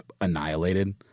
annihilated